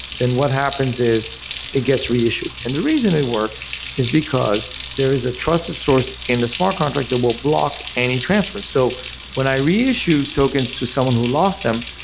then what happens is it gets reissued. and the reason it works is because there is a trusted source in the smart contract that will block any transfer. so when i re-issue tokens to someone who lost them,